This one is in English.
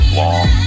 long